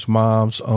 moms